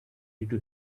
ready